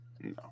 no